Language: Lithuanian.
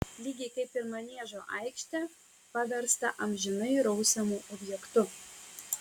lygiai kaip ir maniežo aikštę paverstą amžinai rausiamu objektu